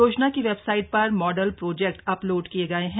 योजना की वेबसाइट पर मॉडल प्रोजेक्ट अपलोड किए गए हैं